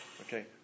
Okay